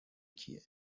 کیه